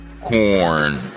corn